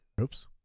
Oops